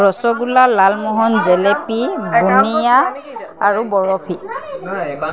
ৰসগোল্লা লালমোহন জেলেপী বন্দিয়া আৰু বৰ্ফি